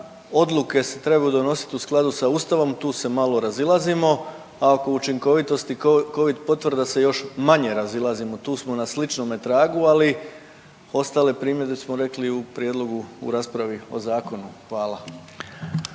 odluke se trebaju donositi u skladu s Ustavom tu se malo razilazimo, a oko učinkovitosti Covid potvrda se još manje razilazimo tu smo na sličnome tragu, ali ostale primjedbe smo rekli u prijedlogu u raspravi o zakonu. Hvala.